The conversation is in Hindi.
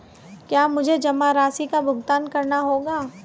क्या मुझे जमा राशि का भुगतान करना होगा?